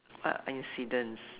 what incidents